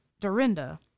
Dorinda